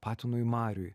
patinui mariui